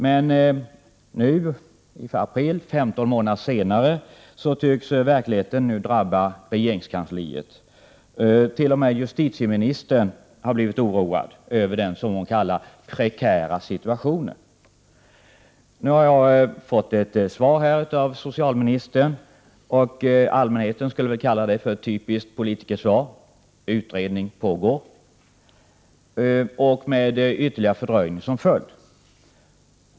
I april i år, 15 månader senare, tycks verkligheten drabba regeringskansliet. T.o.m. justitieministern har blivit oroad över den, som hon säger, prekära situationen. Jag har nu fått ett svar av socialministern, ett svar som allmänheten förmodligen skulle kalla för ett typiskt politikersvar: utredning pågår, med ytterligare fördröjning som följd.